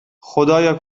خدایا